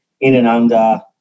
in-and-under